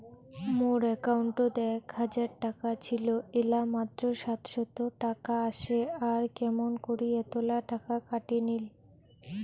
মোর একাউন্টত এক হাজার টাকা ছিল এলা মাত্র সাতশত টাকা আসে আর কেমন করি এতলা টাকা কাটি নিল?